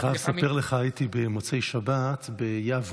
אני חייב לספר לך, הייתי במוצאי השבת ביבנה,